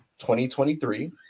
2023